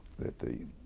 that the